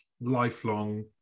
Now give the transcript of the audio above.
lifelong